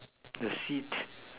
the seat